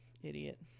idiot